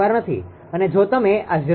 અને જો તમે આ 0